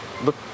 look